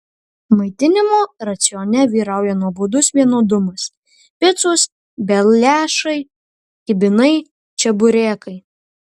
maitinimo racione vyrauja nuobodus vienodumas picos beliašai kibinai čeburekai